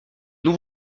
nous